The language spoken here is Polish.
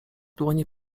dłoni